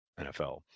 NFL